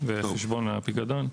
וחשבון הפיקדון.